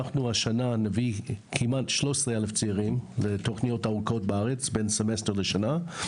השנה נביא כמעט 13,000 צעירים לתוכניות ארוכות בארץ - בין סמסטר לשנה.